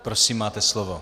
Prosím, máte slovo.